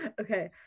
Okay